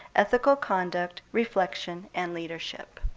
ethical conduct, reflection, and leadership.